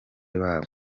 babo